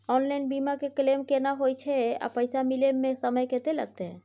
Online बीमा के claim केना होय छै आ पैसा मिले म समय केत्ते लगतै?